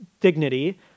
dignity